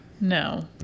No